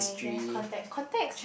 yes context context